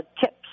tips